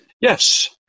Yes